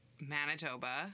Manitoba